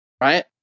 right